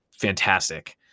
fantastic